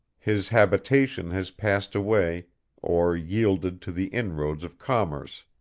his habitation has passed away or yielded to the inroads of commerce,